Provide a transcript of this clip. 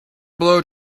blow